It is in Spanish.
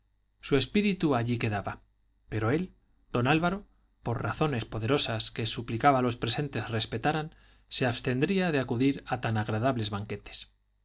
su espíritu allí quedaba pero él don álvaro por razones poderosas que suplicaba a los presentes respetaran se abstendría de acudir a tan agradables banquetes